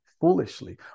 foolishly